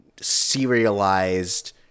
serialized